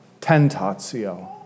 tentatio